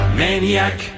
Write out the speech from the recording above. maniac